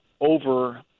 over